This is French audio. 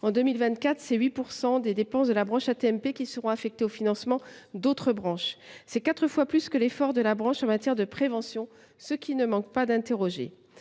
En 2024, 8 % des dépenses de la branche AT MP seront affectés au financement d’autres branches. C’est quatre fois plus que l’effort de la branche en matière de prévention, ce qui ne manque pas de